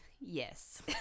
Yes